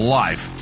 life